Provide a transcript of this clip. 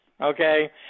okay